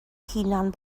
hunan